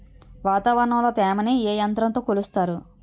వాతావరణంలో తేమని ఏ యంత్రంతో కొలుస్తారు?